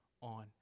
on